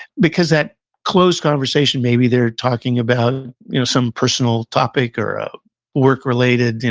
because, that close conversation, maybe they're talking about you know some personal topic or ah work-related,